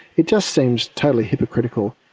it just seems totally hypocritical.